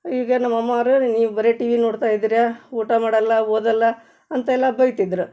ಈಗ ನಮ್ಮ ಅಮ್ಮರು ನೀವು ಬರೇ ಟಿವಿ ನೋಡ್ತಾ ಇದಿರಾ ಊಟ ಮಾಡಲ್ಲ ಓದಲ್ಲ ಅಂತೆಲ್ಲ ಬೈತಿದ್ರು